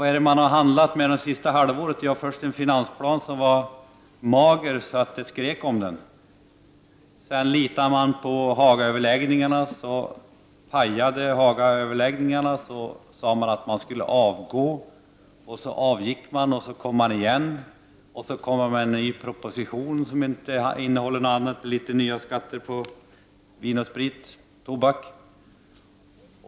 Vad har man sysslat med det senaste halvåret? Man har först presenterat en finansplan som var så mager att det skrek om den. Sedan litade man på Hagaöverläggningarna. Så pajade dessa överläggningar. Då sade man att regeringen skulle avgå. Så avgick den, och sedan kom den igen. Så presenterades en proposition som inte innehöll något annat än nya skatter på vin, sprit och tobak.